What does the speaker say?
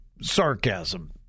sarcasm